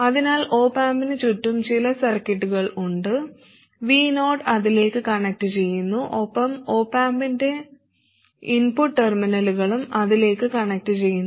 അതിനാൽ ഒപ് ആമ്പിന് ചുറ്റും ചില സർക്യൂട്ടുകൾ ഉണ്ട് Vo അതിലേക്ക് കണക്റ്റുചെയ്യുന്നു ഒപ്പം ഒപ് ആമ്പിന്റെ ഇൻപുട്ട് ടെർമിനലുകളും അതിലേക്ക് കണക്റ്റുചെയ്യുന്നു